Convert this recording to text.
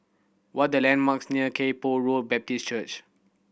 what the landmarks near Kay Poh Road Baptist Church